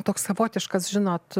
toks savotiškas žinot